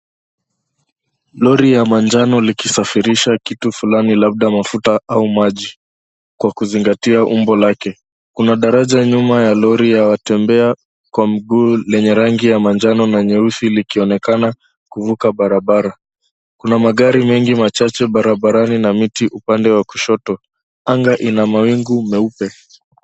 Lori ya manjano likisafirisha kitu fulani, labda mafuta au maji kwa kuzingatia umbo lake. Kuna daraja nyuma ya lori ya watembea kwa mguu lenye rangi ya manjano na nyeusi likionekana kuvuka barabara. Kuna magari mengi machache barabarani na miti upande wa kushoto. Anga ina mawingu meupe.